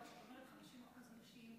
אבל כשאת מדברת על 50% נשים,